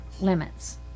limits